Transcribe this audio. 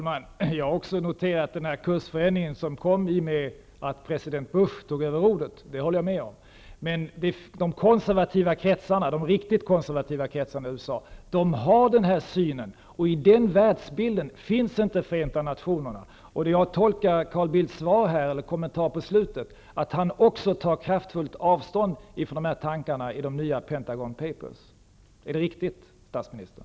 Herr talman! Också jag har noterat den kursändring som kom i och med att president Bush tog över rodret. Men de riktigt konservativa kretsarna i USA har denna syn, och i den världsbilden finns inte Förenta nationerna. ag tolkar den kommentar som Carl Bildt gjorde i slutet av sitt anförande som att också han tar kraftfullt avstånd från tankarna i dessa nya ''Pentagon papers''. Är det riktigt uppfattat, statsministern?